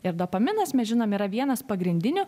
ir dopaminas mes žinome yra vienas pagrindinių